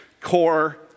core